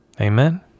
Amen